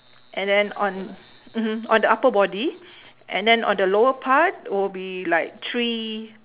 and then on mmhmm on the upper body and then on the lower part will be like three